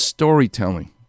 Storytelling